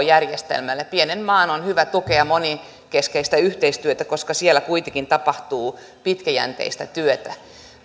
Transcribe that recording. järjestelmälle pienen maan on hyvä tukea monenkeskistä yhteistyötä koska siellä kuitenkin tapahtuu pitkäjänteistä työtä